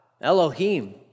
Elohim